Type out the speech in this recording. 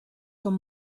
són